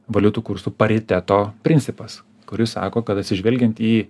valiutų kursų pariteto principas kuris sako kad atsižvelgiant į